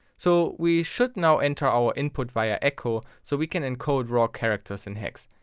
so we should now enter our input via echo, so we can encode raw characters in hex.